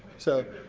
so.